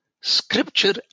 Scripture